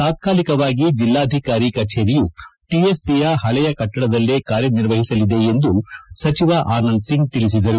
ತಾತ್ಕಾಲಿಕವಾಗಿ ಜಿಲ್ಲಾಧಿಕಾರಿ ಕಜೇರಿಯು ಟಿಎಸ್ಲಿಯ ಪಳೆಯ ಕಟ್ಟಡದಲ್ಲೇ ಕಾರ್ಯನಿರ್ವಹಿಸಲಿದೆ ಎಂದು ಸಚಿವ ಆನಂದ್ ಸಿಂಗ್ ತಿಳಿಸಿದರು